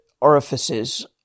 orifices